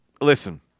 listen